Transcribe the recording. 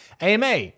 AMA